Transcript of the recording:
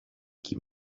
keep